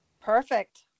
Perfect